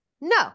no